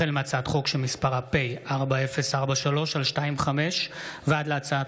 החל בהצעת חוק פ/4043/25 וכלה בהצעת